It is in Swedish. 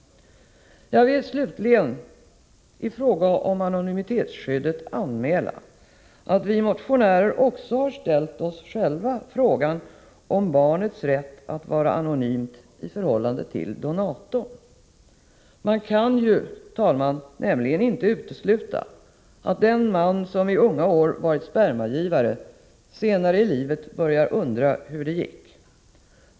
Jag vill slutligen i fråga om anonymitetsskyddet anmäla att vi motionärer också själva ställt oss frågan om barnets rätt att vara anonymt i förhållande till donatorn. Man kan, herr talman, inte utesluta att den man som i unga år varit spermagivare, senare i livet börjar undra hur det gick.